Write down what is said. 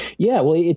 yeah, well, yeah